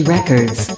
Records